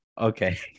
Okay